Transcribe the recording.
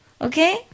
okay